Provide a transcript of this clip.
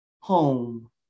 home